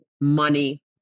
money